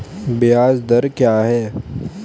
ब्याज दर क्या है?